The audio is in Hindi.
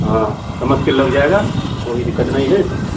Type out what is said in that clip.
हाँ समझ के लग जाएगा कोई दिक्कत नहीं है